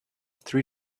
three